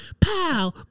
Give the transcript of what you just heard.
pow